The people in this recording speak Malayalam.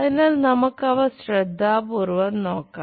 അതിനാൽ നമുക്ക് അവ ശ്രദ്ധാപൂർവ്വം നോക്കാം